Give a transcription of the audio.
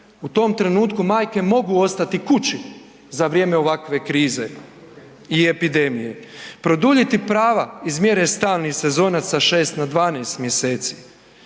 u tom trenutku majke mogu ostati kući za vrijeme ovakve krize i epidemije. Produljiti prava iz mjere stalnih sezonaca sa 6 na 12 mjeseci,